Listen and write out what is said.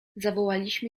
zawołaliśmy